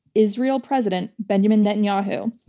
israel president benjamin netanyahu.